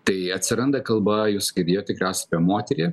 tai atsiranda kalba jūs girdėjot tikriausiai apie moterį